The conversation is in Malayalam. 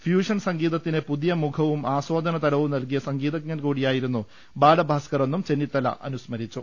ഫ്യൂഷൻ സംഗീതത്തിന് പുതിയ മുഖവും ആസ്വാദനതലവും നൽകിയ സംഗീതജ്ഞൻ കൂടിയാ യിരുന്നു ബാലഭാസ്കറെന്നും ചെന്നിത്തല അനുസ്മരിച്ചു